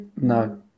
No